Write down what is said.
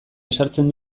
ezartzen